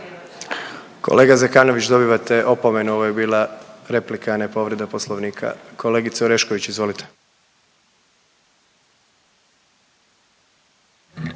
Kolega Zekanović, dobivate opomenu, ovo je bila replika, a ne povreda Poslovnika. Kolegice Orešković, izvolite.